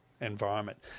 environment